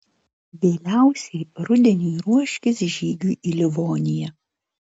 vėliausiai rudeniui ruoškis žygiui į livoniją